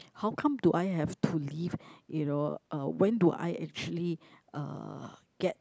how come do I have to leave you know uh when do I actually uh get